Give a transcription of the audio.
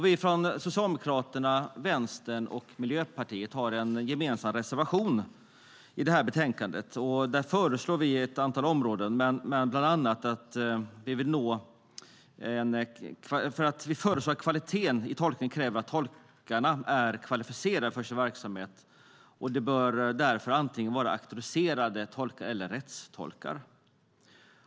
Vi från Socialdemokraterna, Vänstern och Miljöpartiet har en gemensam reservation i betänkandet. Vi skriver bland annat att kvaliteten på tolkningen kräver att tolkarna är kvalificerade för sin verksamhet. Det bör därför antingen vara auktoriserade tolkar eller rättstolkar.